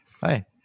Hi